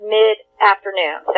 mid-afternoon